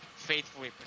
faithfully